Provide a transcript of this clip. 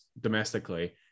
domestically